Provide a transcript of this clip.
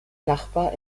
nachbar